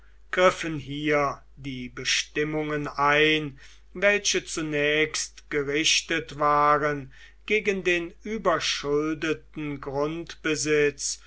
griffen hier die bestimmungen ein welche zunächst gerichtet waren gegen den überschuldeten grundbesitz